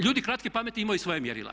Ljudi kratke pameti imaju svoja mjerila.